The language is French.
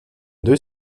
d’eux